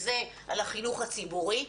והוא החינוך הציבורי,